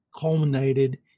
culminated